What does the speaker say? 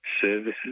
services